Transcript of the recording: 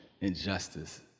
injustice